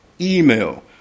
email